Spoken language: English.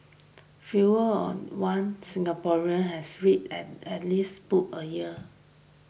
fewer on one Singaporeans has read at at least book a year